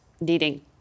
needing